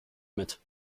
mit